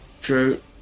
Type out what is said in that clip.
True